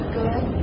good